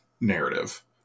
narrative